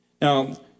Now